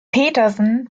petersen